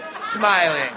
smiling